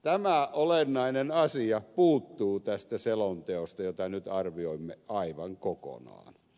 tämä olennainen asia puuttuu tästä selonteosta jota nyt arvioimme aivan kokonaan